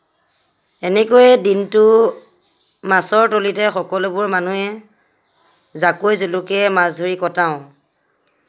এনেকৈয়ে দিনটো মাছৰ তলিতে সকলোবোৰ মানুহে জাকৈ জুলুকীৰে মাছ ধৰি কটাওঁ